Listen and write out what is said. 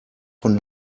von